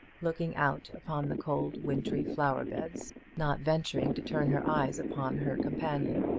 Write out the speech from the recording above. looking out upon the cold wintry flower-beds not venturing to turn her eyes upon her companion.